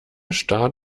start